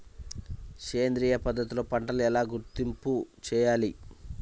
సేంద్రియ పద్ధతిలో పంటలు ఎలా గుర్తింపు చేయాలి?